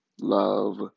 love